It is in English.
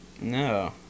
No